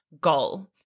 goal